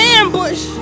ambush